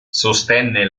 sostenne